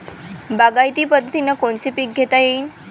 बागायती पद्धतीनं कोनचे पीक घेता येईन?